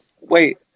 Wait